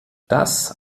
das